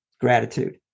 gratitude